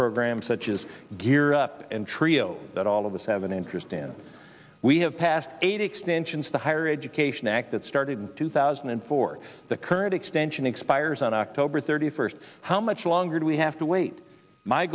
programs such as gear up and trio that all of us have an interest in we have passed eight extensions the higher education act that started in two thousand and four the current extension expires on october thirty first how much longer do we have to wait my